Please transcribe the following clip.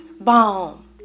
Boom